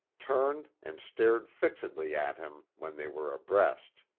turned and stared fixedly at him when they were abreast.